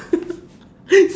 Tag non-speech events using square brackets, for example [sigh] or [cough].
[laughs]